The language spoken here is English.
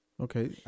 Okay